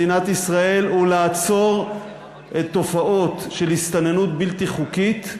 האינטרס הלאומי של מדינת ישראל הוא לעצור תופעות של הסתננות בלתי חוקית,